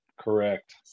Correct